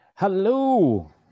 Hello